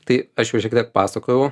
tai aš jau šiek tiek pasakojau